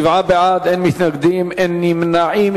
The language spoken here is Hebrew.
שבעה בעד, אין מתנגדים ואין נמנעים.